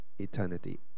eternity